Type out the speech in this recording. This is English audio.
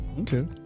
Okay